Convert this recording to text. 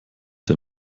der